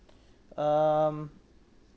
um